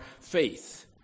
faith